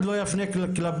זה לגבי שקר לגבי